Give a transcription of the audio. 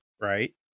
right